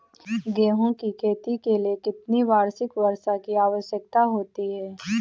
गेहूँ की खेती के लिए कितनी वार्षिक वर्षा की आवश्यकता होती है?